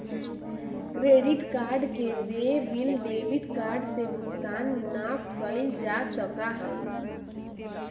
credit card के देय bill debit card से भुगतान ना कइल जा सका हई